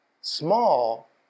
small